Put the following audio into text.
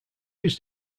used